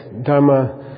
Dharma